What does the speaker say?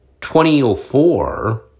2004